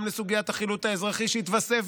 גם בסוגיית החילוט האזרחי שהתווסף,